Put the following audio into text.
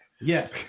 Yes